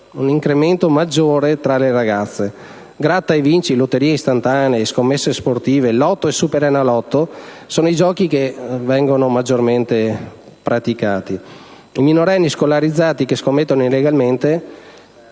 incidenza tra le ragazze. Gratta e Vinci, lotterie istantanee, scommesse sportive, Lotto e Superenalotto sono i giochi che vengono maggiormente praticati. I minorenni scolarizzati che scommettono illegalmente